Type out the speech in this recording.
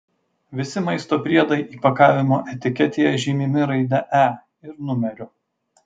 visi maisto priedai įpakavimo etiketėje žymimi raide e ir numeriu